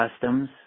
customs